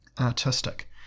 artistic